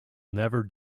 never